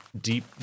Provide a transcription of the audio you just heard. deep